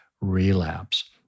relapse